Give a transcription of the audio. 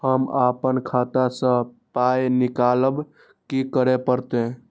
हम आपन खाता स पाय निकालब की करे परतै?